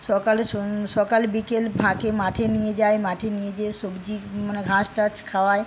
সকালে সন সকাল বিকেল ফাঁকে মাঠে নিয়ে যাই মাঠে নিয়ে গিয়ে সবজি মানে ঘাস টাস খাওয়াই